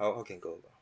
how how can go along